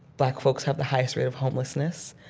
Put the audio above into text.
black folks have the highest rate of homelessness.